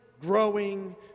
growing